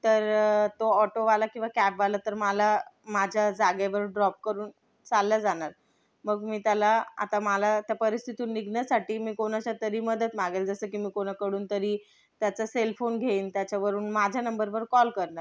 तर तो ऑटोवाला किंवा कॅबवाला तर मला माझ्या जागेवर ड्रॉप करून चालला जाणार मग मी त्याला आता मला त्या परिस्थितीतून निघण्यासाठी मी कोणाची तरी मदत मागेल जसं की मी कोणाकडून तरी त्याचा सेल फोन घेईन त्याच्यावरून माझ्या नंबरवर कॉल करणार